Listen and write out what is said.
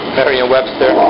Merriam-Webster